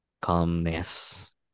calmness